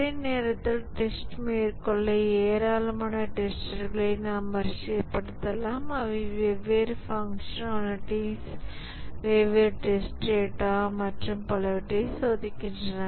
ஒரே நேரத்தில் டெஸ்ட் மேற்கொள்ள ஏராளமான டெஸ்டர்களை நாம் வரிசைப்படுத்தலாம் அவை வெவ்வேறு பங்ஸனாலிடீஸ் வெவ்வேறு டெஸ்ட் டேட்டா மற்றும் பலவற்றை சோதிக்கின்றன